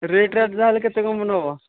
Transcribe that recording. rate ରାଟ୍ ତା'ହେଲେ କେତେ କ'ଣ ନେବ